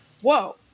whoa